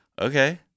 Okay